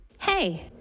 Hey